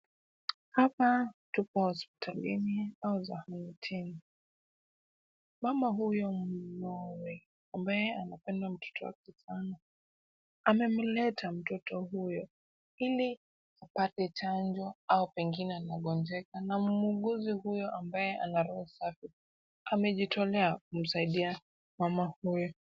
Hapa tupo hospitalini au zahanatini. Mama huyo mwanawe ambaye anapenda mtoto wake sana, amemleta mtoto huyo ili apate chanjo au pengine amegonjeka na muuguzi huyo ambaye ana roho safi amejitolea kumsaidia mama huyo.